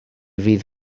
fydd